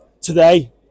today